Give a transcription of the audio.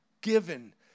given